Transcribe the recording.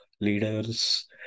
leaders